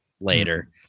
later